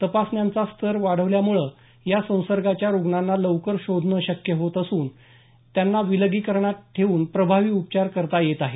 तपासण्यांचा स्तर वाढल्यामुळे या संसर्गाच्या रुग्णांना लवकर शोधणं शक्य होत असून त्यांना विलगीकरणात ठेऊन प्रभावी उपचार करता येत आहेत